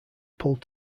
pulled